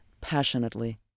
passionately